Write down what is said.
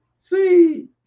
See